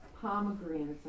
Pomegranates